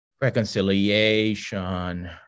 reconciliation